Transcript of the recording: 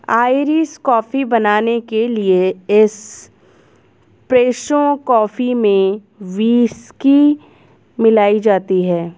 Irish coffee बनाने के लिए एस्प्रेसो कॉफी में व्हिस्की मिलाई जाती है